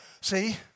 See